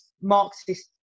Marxist